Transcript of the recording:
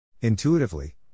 Intuitively